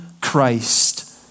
Christ